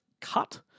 Cut